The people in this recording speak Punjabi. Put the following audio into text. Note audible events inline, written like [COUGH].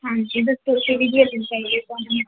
ਹਾਂਜੀ ਦੱਸੋ ਕਿਹੜੀ [UNINTELLIGIBLE]